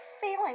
feeling